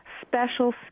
special